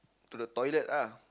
to the toilet lah